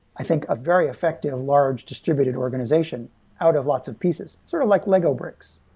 i think, a very effective large distributed organization out of lots of pieces. sort of like lego bricks.